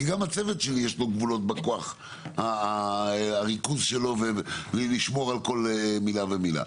כי גם לצוות שלי יש גבולות ביכולות הריכוז שלו ולשמור על כל מילה ומילה.